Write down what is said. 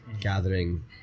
gathering